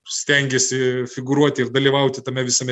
stengėsi figūruoti ir dalyvauti tame visame